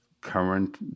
current